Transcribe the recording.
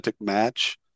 match